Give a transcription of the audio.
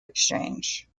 exchange